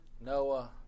Noah